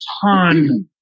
ton